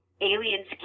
aliens